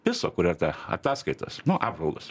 pisa kur yr ta ataskaitos apžvalgos